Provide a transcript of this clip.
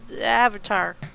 Avatar